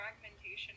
fragmentation